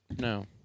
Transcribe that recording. No